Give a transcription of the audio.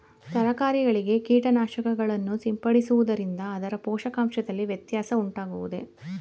ತರಕಾರಿಗಳಿಗೆ ಕೀಟನಾಶಕಗಳನ್ನು ಸಿಂಪಡಿಸುವುದರಿಂದ ಅದರ ಪೋಷಕಾಂಶದಲ್ಲಿ ವ್ಯತ್ಯಾಸ ಉಂಟಾಗುವುದೇ?